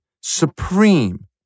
supreme